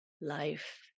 life